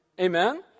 Amen